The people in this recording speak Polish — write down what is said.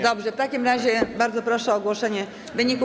Dobrze, w takim razie bardzo proszę o ogłoszenie wyników.